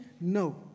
No